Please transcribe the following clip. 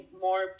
more